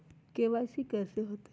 KYC कैसे होतई?